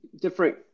different